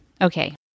Okay